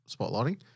spotlighting